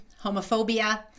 homophobia